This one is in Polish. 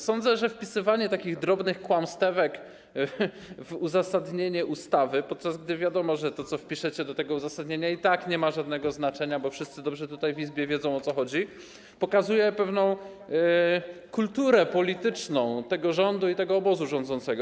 Sądzę, że wpisywanie takich drobnych kłamstewek w uzasadnienie ustawy, podczas gdy wiadomo, że to, co wpiszecie do tego uzasadnienia, i tak nie ma żadnego znaczenia, bo wszyscy w Izbie dobrze wiedzą, o co chodzi, pokazuje pewną kulturę polityczną tego rządu i tego obozu rządzącego.